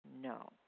No